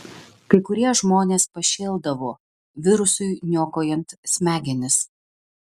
kai kurie žmonės pašėldavo virusui niokojant smegenis